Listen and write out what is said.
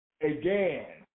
again